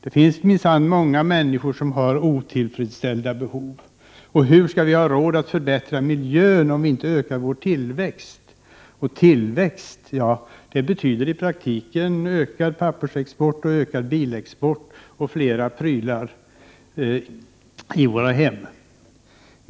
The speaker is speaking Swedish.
Det finns minsann många människor som har otillfredsställda behov. Hur skall vi ha råd att förbättra miljön, om vi inte ökar vår tillväxt? Och tillväxt betyder i praktiken ökad pappersexport och bilexport och flera prylar i våra hem.